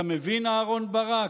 אתה מבין, אהרן ברק?